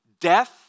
Death